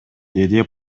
деди